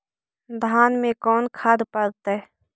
धान मे कोन खाद पड़तै?